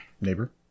neighbor